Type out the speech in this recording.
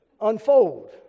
unfold